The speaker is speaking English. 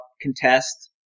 contest